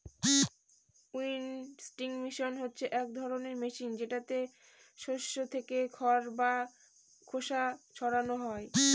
winnowing machine হচ্ছে এক ধরনের মেশিন যেটাতে শস্য থেকে খড় বা খোসা ছারানো হয়